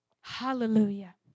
Hallelujah